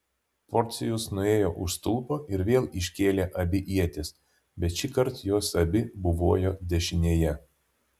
porcijus nuėjo už stulpo ir vėl iškėlė abi ietis bet šįkart jos abi buvojo dešinėje